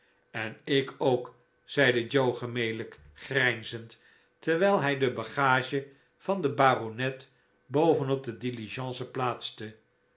en ik ook zeide joe gemelijk grijnzend terwijl hij de bagage van den baronet boven op de diligence plaatste